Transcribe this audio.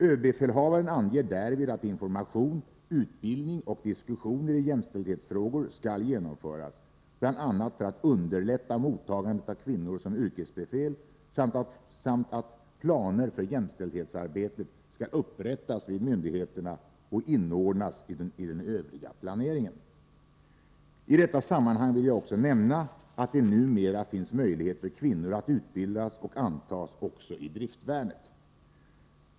Överbefälhavaren anger därvid att information, utbildning och diskussioner i jämställdhetsfrågor skall genomföras, bl.a. för att underlätta mottagandet av kvinnor som yrkesbefäl samt att planer för jämställdhetsarbetet skall upprättas vid myndigheterna och inordnas i den övriga planeringen. I detta sammanhang vill jag nämna att det numera finns möjlighet för kvinnor att utbildas och antas också i driftvärnet.